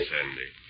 Sandy